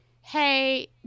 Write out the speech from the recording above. hey